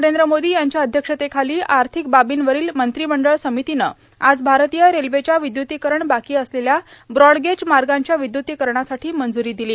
नरेंद्र मोदी यांच्या अध्यक्षतेखाली आर्थिक बार्बीवरील मंत्रिमंडळ समितीनं आज भारतीय रेल्वेच्या विद्युतीकरण बाकी असलेल्या ब्रॉडगेज मार्गाच्या विद्युतीकरणासाठी मंजूरी दिली